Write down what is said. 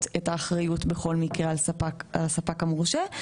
את האחריות בכל מקרה על הספק המורשה.